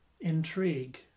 intrigue